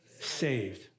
saved